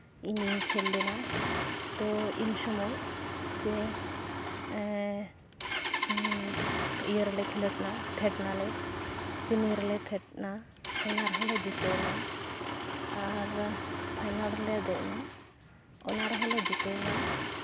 ᱤᱧᱤᱧ ᱠᱷᱮᱞ ᱞᱮᱱᱟ ᱛᱳ ᱩᱱ ᱥᱚᱢᱚᱭ ᱡᱮ ᱮᱻ ᱤᱭᱟᱹ ᱨᱮᱞᱮ ᱠᱷᱮᱞᱳᱰ ᱮᱱᱟ ᱯᱷᱮᱰ ᱮᱱᱟᱞᱮ ᱥᱤᱢᱤ ᱨᱮᱞᱮ ᱯᱷᱮᱰ ᱮᱱᱟ ᱚᱱᱟ ᱨᱮᱦᱚᱸᱞᱮ ᱡᱤᱛᱟᱹᱣᱮᱱᱟ ᱟᱨ ᱯᱷᱟᱭᱱᱟᱞ ᱨᱮᱞᱮ ᱫᱮᱡ ᱮᱱᱟ ᱚᱱᱟ ᱨᱮᱦᱚᱸᱞᱮ ᱡᱤᱛᱟᱹᱣᱮᱱᱟ